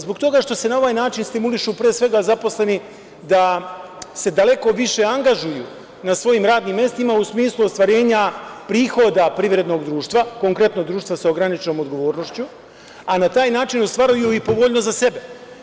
Zbog toga što se na ovaj način stimulišu pre svega zaposleni da se daleko više angažuju na svojim radnim mestima u smislu ostvarenja prihoda privrednog društva, konkretno društva sa ograničenom odgovornošću, a na taj način ostvaruju i povoljnost za sebe.